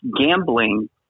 gambling